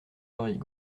l’oreille